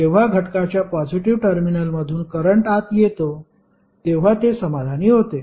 जेव्हा घटकाच्या पॉजिटीव्ह टर्मिनलमधून करंट आत येतो तेव्हा ते समाधानी होते